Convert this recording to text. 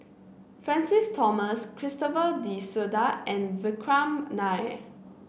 Francis Thomas Christopher De Souza and Vikram Nair